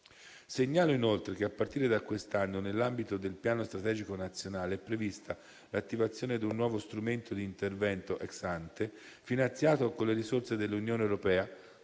Segnalo inoltre che a partire da quest'anno, nell'ambito del piano strategico nazionale, è prevista l'attivazione di un nuovo strumento di intervento *ex ante* finanziato con le risorse dell'Unione europea